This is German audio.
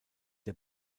der